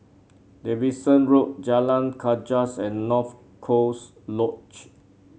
Davidson Road Jalan Gajus and North Coast Lodge